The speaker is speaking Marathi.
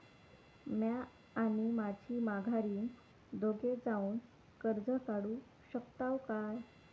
म्या आणि माझी माघारीन दोघे जावून कर्ज काढू शकताव काय?